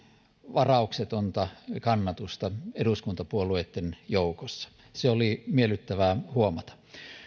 varauksetonta kannatusta eduskuntapuolueitten joukossa se oli miellyttävää huomata